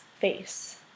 face